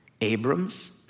Abram's